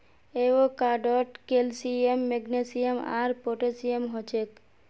एवोकाडोत calcium magnesium आर potassium हछेक